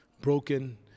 broken